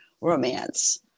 romance